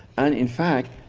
and in fact,